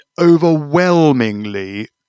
overwhelmingly